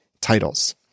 titles